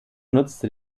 nutzte